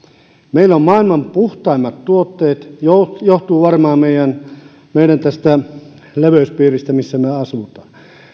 meillä on maailman puhtaimmat tuotteet johtuu varmaan meidän meidän leveyspiiristä missä me asumme